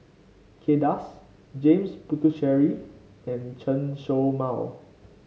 Kay Das James Puthucheary and Chen Show Mao